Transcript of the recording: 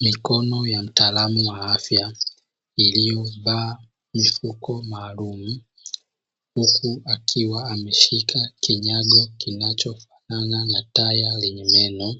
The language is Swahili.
Mikono ya mtaalamu wa afya iliyovaa mifuko maalumu, huku akiwa ameshika kinyago kinachofanana na taya lenye meno,